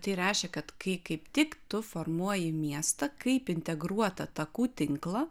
tai reiškia kad kai kaip tik tu formuoji miestą kaip integruotą takų tinklą